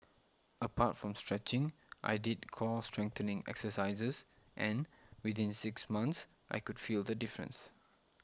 apart from stretching I did core strengthening exercises and within six months I could feel the difference